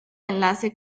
enlace